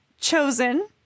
chosen